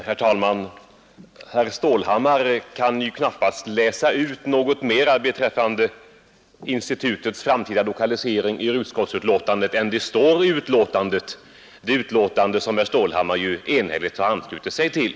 Herr talman! Herr Stålhammar kan knappast läsa ut något mera beträffande institutets framtida lokalisering än det som står i betänkandet, det betänkande som herr Stålhammar anslutit sig till.